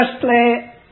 firstly